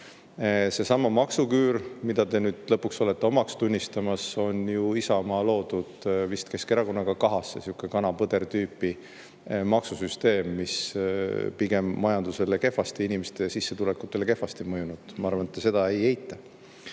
Seesama maksuküür, mida te nüüd lõpuks olete omaks tunnistamas, on ju Isamaa loodud, vist Keskerakonnaga kahasse, selline kana-põder-tüüpi maksusüsteem, mis on pigem majandusele ja inimeste sissetulekutele kehvasti mõjunud. Ma arvan, et te seda ei